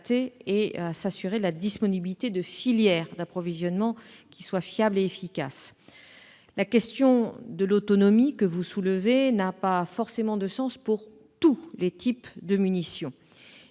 et à s'assurer de la disponibilité de filières d'approvisionnement fiables et efficaces. La question de l'autonomie que vous soulevez, madame la sénatrice, n'a pas forcément de sens pour tous les types de munitions.